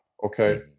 Okay